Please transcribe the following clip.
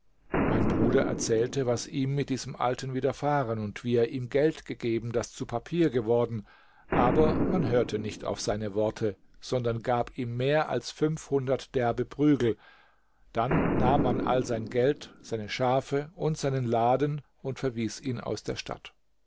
mein bruder erzählte was ihm mit diesem alten widerfahren und wie er ihm geld gegeben das zu papier geworden aber man hörte nicht auf seine worte sondern gab ihm mehr als fünfhundert derbe prügel dann nahm man all sein geld seine schafe und seinen laden und verwies ihn aus der stadt